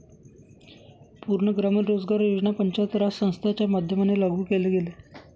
पूर्ण ग्रामीण रोजगार योजना पंचायत राज संस्थांच्या माध्यमाने लागू केले गेले